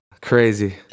Crazy